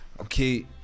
okay